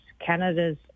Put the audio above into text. Canada's